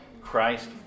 Christ